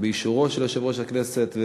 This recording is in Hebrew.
באישור של יושב-ראש הכנסת וביוזמת,